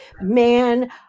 man